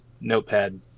Notepad++